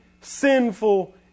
sinful